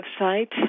website